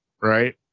Right